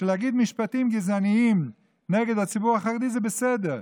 להגיד משפטים גזעניים נגד הציבור החרדי זה בסדר.